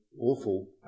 awful